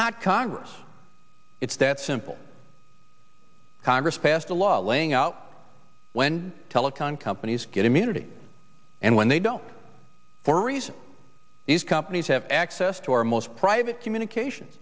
not congress it's that simple congress passed a law laying out when telecom companies get immunity and when they don't for a reason these companies have access to our most private communications